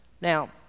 Now